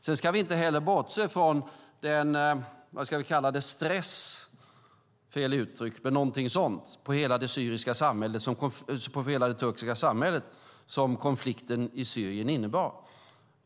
Vi ska heller inte bortse från den stress för hela det turkiska samhället som konflikten i Syrien innebär.